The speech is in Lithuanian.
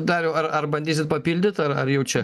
dariau ar ar bandysit papildyt ar ar jau čia